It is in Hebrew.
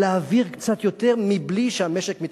להעביר קצת יותר מבלי שהמשק מתמוטט.